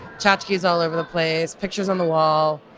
tchotchkes all over the place. pictures on the wall.